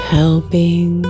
helping